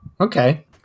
okay